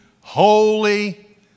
holy